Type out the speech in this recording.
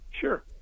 Sure